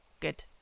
Good